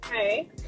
Hey